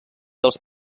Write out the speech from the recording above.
dels